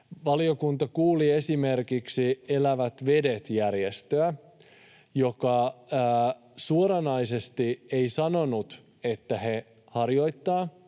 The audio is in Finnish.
Valiokunta kuuli esimerkiksi Elävät Vedet ‑järjestöä, joka suoranaisesti ei sanonut, että he harjoittavat